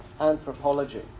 anthropology